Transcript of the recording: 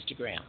Instagram